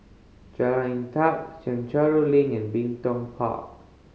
Jalan Inta Chencharu Link and Bin Tong Park